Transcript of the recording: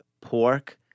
pork